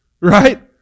Right